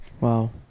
wow